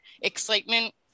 excitement